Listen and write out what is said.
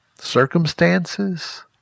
circumstances